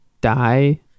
die